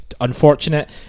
unfortunate